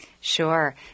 Sure